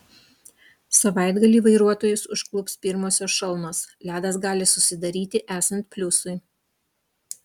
savaitgalį vairuotojus užklups pirmosios šalnos ledas gali susidaryti esant pliusui